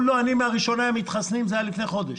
אני מהראשוני המתחסנים, וזה היה לפני חודש.